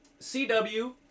CW